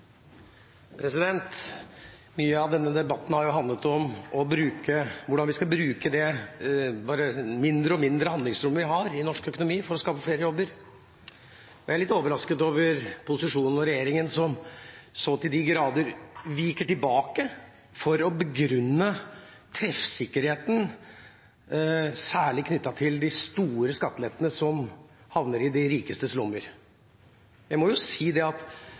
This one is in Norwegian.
Mye av denne debatten har handlet om hvordan vi skal bruke det stadig mindre handlingsrommet vi har i norsk økonomi for å skape flere jobber. Jeg er litt overrasket over posisjonen og regjeringa som så til de grader viker tilbake for å begrunne treffsikkerheten særlig knyttet til de store skattelettene som havner i de rikestes lommer. Jeg må si at man hadde forventet i løpet av en sånn debatt at